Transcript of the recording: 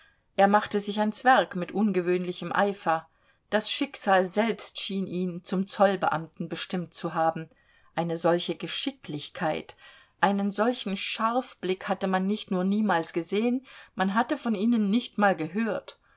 er machte sich ans werk mit ungewöhnlichem eifer das schicksal selbst schien ihn zum zollbeamten bestimmt zu haben eine solche geschicklichkeit einen solchen scharfblick hatte man nicht nur niemals gesehen man hatte von ihnen nicht mal gehört